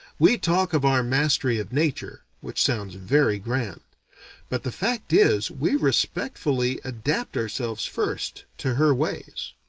we talk of our mastery of nature, which sounds very grand but the fact is we respectfully adapt ourselves first, to her ways.